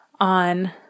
on